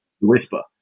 whisper